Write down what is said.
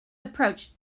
approach